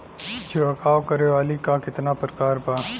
छिड़काव करे वाली क कितना प्रकार बा?